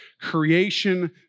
creation